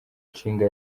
nshinga